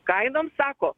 kainoms sako